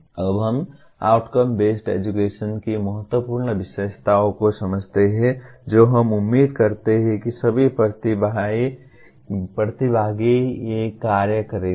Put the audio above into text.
अब हम outcome based education की महत्वपूर्ण विशेषताओं को समझते हैं जो हम उम्मीद करते हैं कि सभी प्रतिभागी ये कार्य करेंगे